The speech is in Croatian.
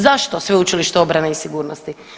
Zašto Sveučilištu obrane i sigurnosti?